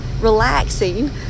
relaxing